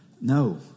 No